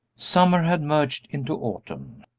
summer had merged into autumn.